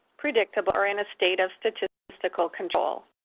predictable, or in a state of statistical control.